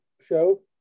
show